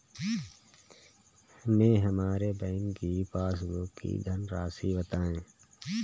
हमें हमारे बैंक की पासबुक की धन राशि बताइए